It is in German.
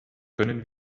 können